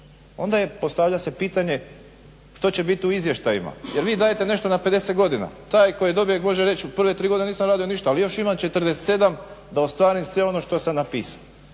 onda se postavlja pitanje što će biti u izvještajima jer vi dajete nešto na 50 godina. Taj koji dobije može reći u prve tri godine nisam radio ništa ali još imam 47 da ostvarim sve ono što sam napisao.